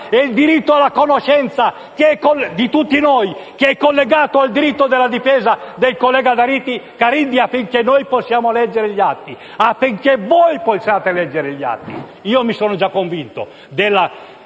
alla difesa e alla conoscenza di tutti noi, che sono collegati al diritto alla difesa del collega Caridi, affinché noi possiamo leggere gli atti e affinché voi possiate leggere gli atti. Io mi sono già convinto